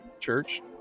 church